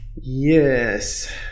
Yes